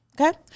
Okay